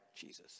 Jesus